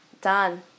Done